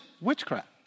witchcraft